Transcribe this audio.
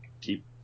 keep